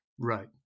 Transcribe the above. Right